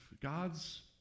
God's